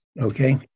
Okay